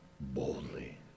Boldly